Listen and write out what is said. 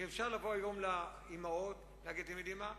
אפשר לבוא היום לאמהות ולהגיד: אתן יודעות מה,